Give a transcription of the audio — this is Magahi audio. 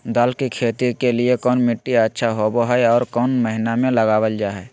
दाल की खेती के लिए कौन मिट्टी अच्छा होबो हाय और कौन महीना में लगाबल जा हाय?